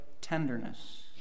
tenderness